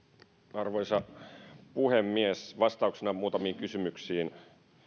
arvoisa puhemies vastauksena muutamiin kysymyksiin